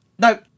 No